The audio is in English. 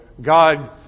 God